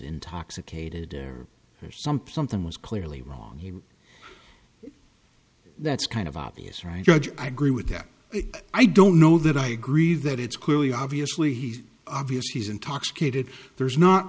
intoxicated there are some plum thing was clearly wrong that's kind of obvious right judge i agree with that but i don't know that i agree that it's clearly obviously he's obviously as intoxicated there's not